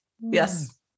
yes